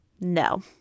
No